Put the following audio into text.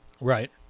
Right